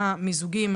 יש לנו קרוב ל-60 רכזי